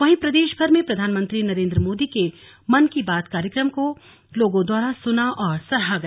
वहीं प्रदेश भर में प्रधानमंत्री नरेन्द्र मोदी के मन की बात कार्यक्रम को लोगों द्वारा सुना व सराहा गया